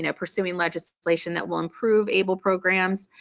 and pursuing legislation that will improve able programs.